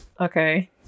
Okay